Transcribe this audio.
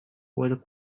what